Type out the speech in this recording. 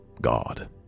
God